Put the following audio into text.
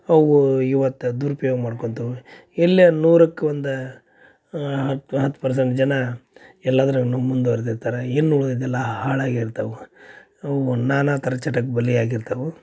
ಅವು ಇವತ್ತು ದುರುಪಯೋಗ ಮಾಡ್ಕೊಂತವು ಎಲ್ಲೆ ನೂರಕ್ಕೆ ಒಂದು ಹತ್ತು ಹತ್ತು ಪರ್ಸೆಂಟ್ ಜನಾ ಎಲ್ಲದರುನು ಮುಂದ್ವರ್ದಿರ್ತಾರ ಇನ್ನು ಉಳ್ದಿದ್ದೆಲ್ಲ ಹಾಳಾಗಿರ್ತವೆ ಅವು ನಾನಾ ಥರ ಚಟಕ್ಕೆ ಬಲಿಯಾಗಿರ್ತವು